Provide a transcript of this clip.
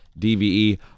DVE